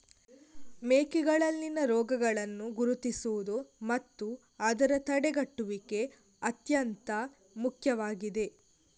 ಮೇಕೆಗಳಲ್ಲಿನ ರೋಗಗಳನ್ನು ಗುರುತಿಸುವುದು ಮತ್ತು ಅದರ ತಡೆಗಟ್ಟುವಿಕೆ ಅತ್ಯಂತ ಮುಖ್ಯವಾಗಿದೆ